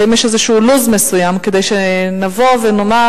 האם יש איזה לו"ז מסוים כדי שנבוא ונאמר